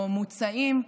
או מוצאים,